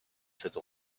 cette